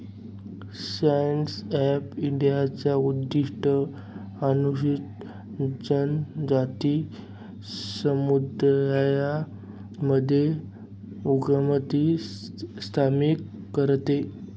stand up इंडियाचा उद्देश अनुसूचित जनजाति समुदायाला मध्य उद्यमिता समर्थित करते